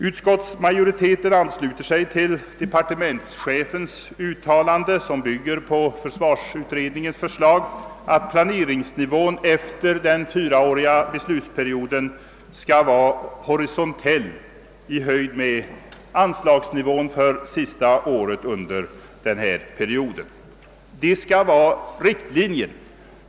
Utskottsmajoriteten ansluter sig till departementschefens uttalande, som bygger på försvarsutredningens förslag att planeringsnivån efter den fyraåriga beslutsperioden skall vara horisontell i höjd med anslagsnivån för sista året under denna period. Det skall vara riktlinjen.